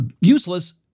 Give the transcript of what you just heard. useless